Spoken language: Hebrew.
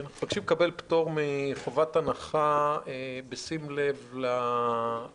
אנחנו מבקשים לקבל פטור מחובת הנחה בשים לב לעובדה